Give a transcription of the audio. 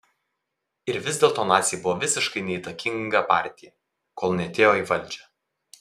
ir vis dėlto naciai buvo visiškai neįtakinga partija kol neatėjo į valdžią